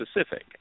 specific